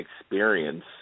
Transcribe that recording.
experience